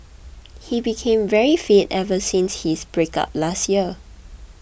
he became very fit ever since his breakup last year